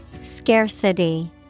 Scarcity